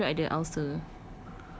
ishan punya mulut ada ulcer